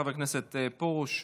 חבר הכנסת פרוש,